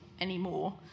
anymore